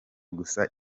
gusa